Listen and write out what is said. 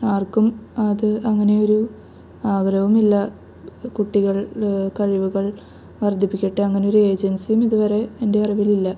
ആർക്കും അത് അങ്ങനെ ഒരു ആഗ്രഹവുമില്ല കുട്ടികൾ കഴിവുകൾ വർദ്ധിപ്പിക്കട്ടെ അങ്ങനെ ഒരു ഏജൻസിയും ഇതുവരെ എൻ്റെ അറിവിലില്ല